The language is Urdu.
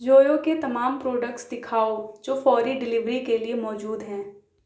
جویو کے تمام پروڈکٹس دکھاؤ جو فوری ڈیلیوری کے لیے موجود ہیں